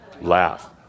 laugh